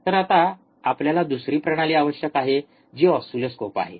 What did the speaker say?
तर आता आपल्याला दुसरी प्रणाली आवश्यक आहे जी ऑसिलोस्कोप आहे